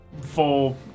full